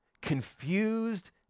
Confused